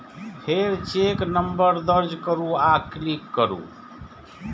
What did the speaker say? फेर check number दर्ज करू आ क्लिक करू